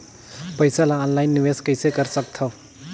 पईसा ल ऑनलाइन निवेश कइसे कर सकथव?